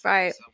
Right